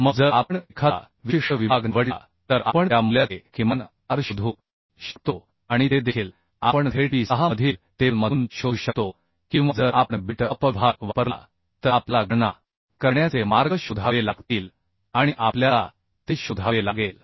मग जर आपण एखादा विशिष्ट विभाग निवडला तर आपण त्या मूल्याचे किमान R शोधू शकतो आणि ते देखील आपण थेट P 6 मधील टेबलमधून शोधू शकतो किंवा जर आपण बिल्ट अप विभाग वापरला तर आपल्याला गणना करण्याचे मार्ग शोधावे लागतील आणि आपल्याला ते शोधावे लागेल